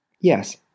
Yes